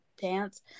pants